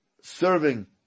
serving